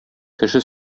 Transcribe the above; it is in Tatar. кеше